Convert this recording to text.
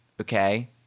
Okay